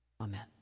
Amen